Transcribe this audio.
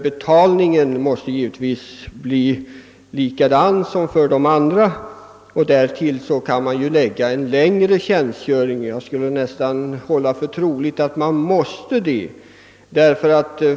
Betalningen för detta arbete måste givetvis bli densamma för denna kategori som för övriga värnpliktiga. Därtill kan man lägga den omständigheten, att tjänstgöringstiden troligen måste bli längre.